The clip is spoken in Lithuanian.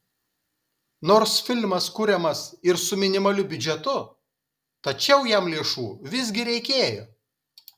nors filmas kuriamas ir su minimaliu biudžetu tačiau jam lėšų visgi reikėjo